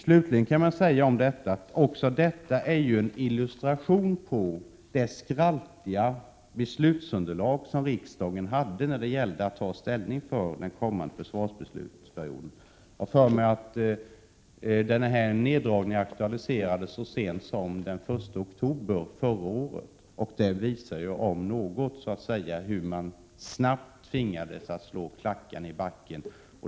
Slutligen kan man säga att också detta är en illustration till det skraltiga beslutsunderlag som riksdagen hade när det gällde att ta ställning inför den kommande försvarsbeslutsperioden. Jag har för mig att denna neddragning aktualiserades så sent som den 1 oktober förra året. Det om något visar ju hur man snabbt tvingades att sätta klackarna i marken.